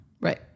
right